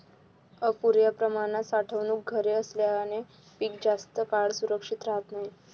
अपुर्या प्रमाणात साठवणूक घरे असल्याने पीक जास्त काळ सुरक्षित राहत नाही